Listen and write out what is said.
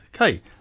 Okay